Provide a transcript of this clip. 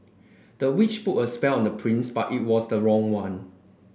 the witch put a spell on the prince but it was the wrong one